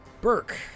Burke